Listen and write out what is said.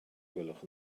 gwelwch